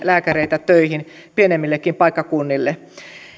lääkäreitä töihin pienemmillekin paikkakunnille